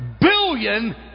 billion